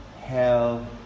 hell